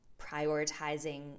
prioritizing